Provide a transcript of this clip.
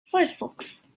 firefox